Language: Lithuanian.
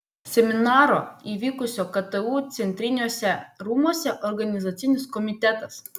seminaro įvykusio ktu centriniuose rūmuose organizacinis komitetas